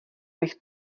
bych